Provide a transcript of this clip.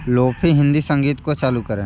lo-fi Hindi संगीत को चालू करें